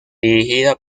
dirigida